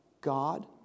God